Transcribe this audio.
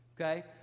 Okay